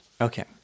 Okay